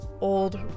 old